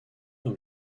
dans